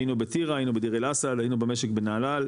היינו בטירה היינו בדיר אל אסד היינו במשק בנהלל,